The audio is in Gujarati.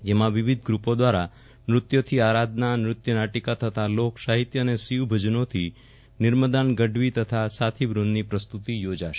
જેમાં આજે વિવિધ ગ્રૂપો દ્વારા નૃત્યથી આરાધના નૃત્યનાટિક તથા લોકસાહિત્ય અને શિવભજનોથી નિર્મલદાન ગઢવી તથા સાથીવૃદની પ્રસ્તુતી યોજાશે